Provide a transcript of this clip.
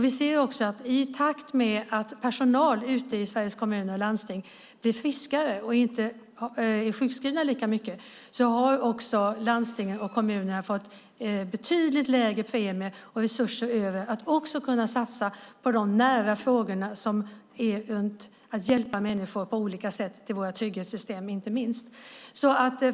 I takt med att personal ute i Sveriges kommuner och landsting blir friskare och inte är sjukskrivna lika mycket ser vi också att landstingen och kommunerna fått betydligt lägre premier. De får resurser över att också kunna satsa på de nära frågorna runt att på olika sätt hjälpa människor till våra trygghetssystem, inte minst.